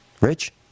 Rich